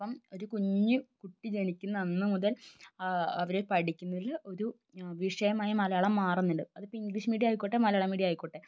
അപ്പം ഒരു കുഞ്ഞു കുട്ടി ജനിക്കുന്ന അന്ന് മുതൽ ആ അവർ പഠിക്കുന്നതിൽ ഒരു വിഷയമായി മലയാളം മാറുന്നുണ്ട് അത് ഇപ്പം ഇംഗ്ലീഷ് മീഡിയം ആയിക്കോട്ടെ മലയാളം മീഡിയം ആയിക്കോട്ടെ